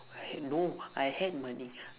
h~ no I had money